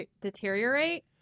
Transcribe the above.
deteriorate